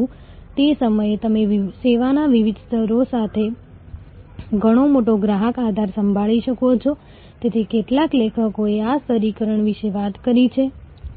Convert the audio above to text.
ઉદાહરણ તરીકે તમે આ રેખાકૃતિમાં અહીં જોઈ શકો છો આ તે જ સંશોધન પેપરમાંથી છાપવામાં આવ્યું છે આ એ વર્ષ છે જે વાસ્તવમાં તમારી પાસે છે જો